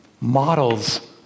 models